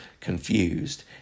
confused